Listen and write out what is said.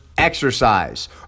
Exercise